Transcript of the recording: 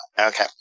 okay